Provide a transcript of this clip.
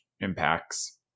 impacts